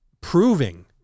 proving